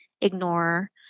ignore